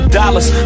dollars